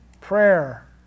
prayer